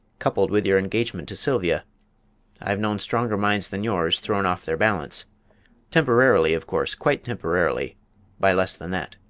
coupled with your engagement to sylvia i've known stronger minds than yours thrown off their balance temporarily, of course, quite temporarily by less than that.